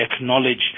acknowledge